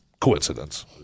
coincidence